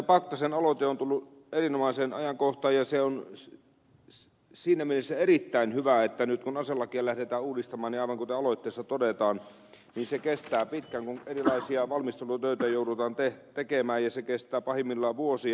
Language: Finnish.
pakkasen aloite on tullut erinomaiseen ajankohtaan ja se on siinä mielessä erittäin hyvä että nyt kun aselakia lähdetään uudistamaan niin aivan kuten aloitteessa todetaan kestää pitkään kun erilaisia valmistelutöitä joudutaan tekemään ja se kestää pahimmillaan vuosia